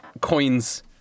coins